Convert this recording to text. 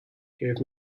get